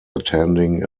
attending